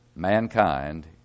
Mankind